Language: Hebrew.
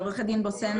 עורכת הדין בוסנה